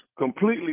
completely